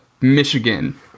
Michigan